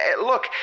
Look